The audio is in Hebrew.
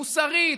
מוסרית,